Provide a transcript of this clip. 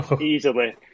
Easily